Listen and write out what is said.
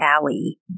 Alley